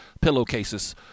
pillowcases